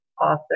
author